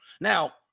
Now